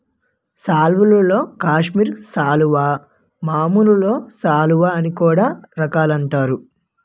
సాల్వల్లో కాశ్మీరి సాలువా, మామూలు సాలువ అని కూడా రకాలుంటాయి